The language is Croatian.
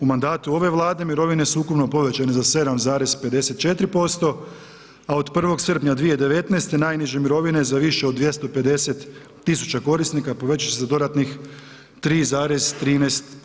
U mandatu ove Vlade mirovine su ukupno povećane za 7,54%, a od 1. srpnja 2019. najniže mirovine za više od 250.000 korisnika povećat će se za dodatnih 3,13%